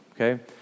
okay